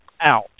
out